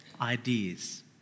ideas